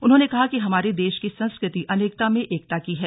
उन्होंने कहा कि हमारे देश की संस्कृति अनेकता में एकता की है